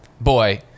boy